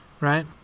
Right